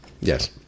Yes